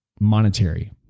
monetary